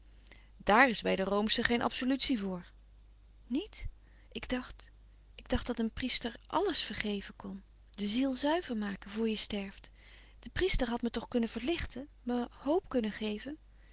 daàr is bij de roomschen geen absolutie voor niet ik dacht ik dacht dat een priester àlles vergeven kon de ziel zuiver maken voor je sterft de priester had me toch louis couperus van oude menschen de dingen die voorbij gaan kunnen verlichten me hop kunnen geven